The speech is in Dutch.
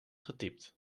getypt